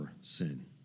sin